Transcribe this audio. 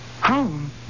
Home